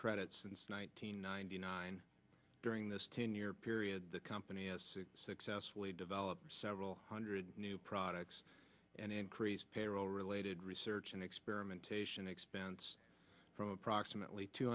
credit since nine hundred ninety nine during this ten year period the company has successfully developed several hundred new products and increase payroll related research and experimentation expense from approximately two